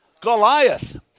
Goliath